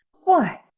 why,